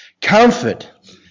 Comfort